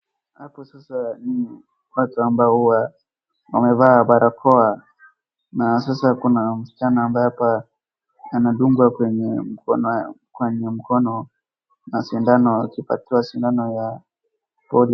Hapo sasa ni watu ambao huwa wamevaa barakoa na sasa kuna msichana ambaye hapa anadungwa kwenye mkono na sindano, akipatiwa sindano ya polio.